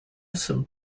some